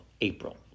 April